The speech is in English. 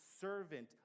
servant